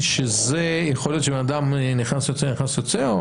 שזה יכול להיות שבן אדם נכנס ויוצא נכנס ויוצא?